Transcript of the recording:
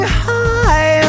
high